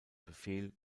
befehl